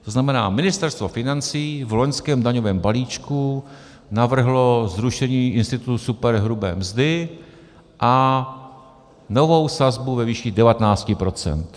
To znamená, Ministerstvo financí v loňském daňovém balíčku navrhlo zrušení institutu superhrubé mzdy a novou sazbu ve výši 19 %.